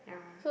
yeah